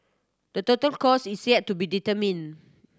the total cost is yet to be determined